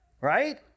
Right